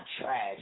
trash